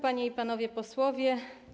Panie i Panowie Posłowie!